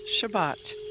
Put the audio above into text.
Shabbat